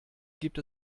gibt